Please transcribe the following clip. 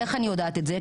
ואיך אני יודעת את זה?